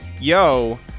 yo